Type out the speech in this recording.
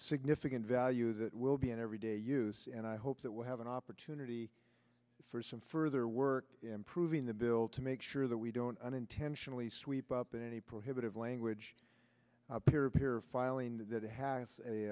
significant value that will be an everyday hughes and i hope that we have an opportunity for some further work improving the bill to make sure that we don't unintentionally sweep up in any prohibitive language peer peer filing that